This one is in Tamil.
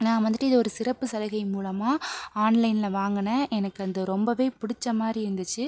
நான் வந்துட்டு இத ஒரு சிறப்பு சலுகையின் மூலமாக ஆன்லைனில் வாங்கினேன் எனக்கு அது ரொம்பவே பிடிச்ச மாதிரி இருந்துச்சு